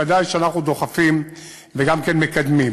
ודאי שאנחנו דוחפים וגם כן מקדמים.